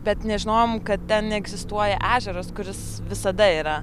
bet nežinojom kad ten egzistuoja ežeras kuris visada yra